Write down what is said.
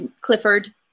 Clifford